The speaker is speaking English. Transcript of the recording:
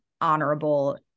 honorable